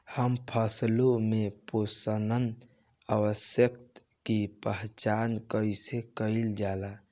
हम फसलों में पुष्पन अवस्था की पहचान कईसे कईल जाला?